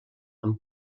amb